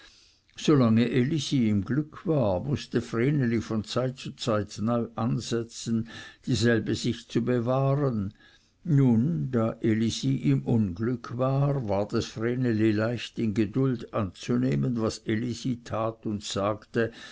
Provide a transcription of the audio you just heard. solange elisi im glück war mußte vreneli von zeit zu zeit neu ansetzen dieselbe sich zu bewahren nun da elisi im unglück war ward es vreneli leicht in geduld anzunehmen was elisi tat und sagte